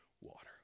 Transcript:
water